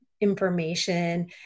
information